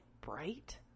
bright